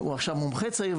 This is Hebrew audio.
הוא עכשיו מומחה צעיר,